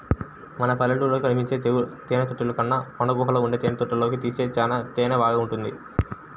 మన పల్లెటూళ్ళలో కనిపించే తేనెతుట్టెల కన్నా కొండగుహల్లో ఉండే తేనెతుట్టెల్లోనుంచి తీసే తేనె చానా బాగుంటది